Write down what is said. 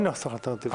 אין נוסח אלטרנטיבי.